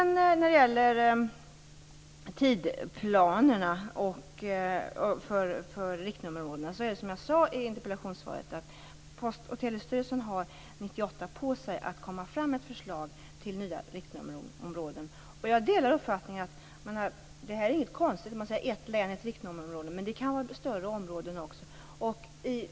När det gäller tidsplanerna för ändringen av riktnummerområdena sade jag i interpellationssvaret att Post och telestyrelsen har 1998 på sig för att komma fram med ett förslag till nya riktnummerområden. Jag delar uppfattningen att det inte är något konstigt med att ett län blir ett riktnummerområde. Men det kan även vara större områden.